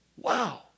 Wow